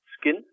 skin